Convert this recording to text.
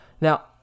now